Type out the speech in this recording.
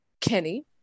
kenny